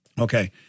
Okay